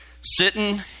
sitting